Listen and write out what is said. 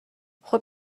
خوب